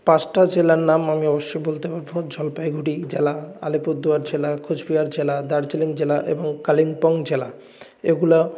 পাঁচটা জেলার নাম আমি অবশ্য বলতে পারবো জলপাইগুড়ি জেলা আলিপুরদুয়ার জেলা কোচবিহার জেলা দার্জিলিং জেলা এবং কালিম্পং জেলা এগুলো